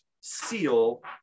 seal